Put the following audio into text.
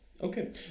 Okay